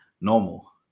normal